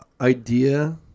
idea